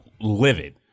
livid